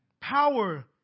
power